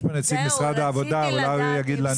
יש פה נציג משרד העבודה, אולי הוא יגיד לנו.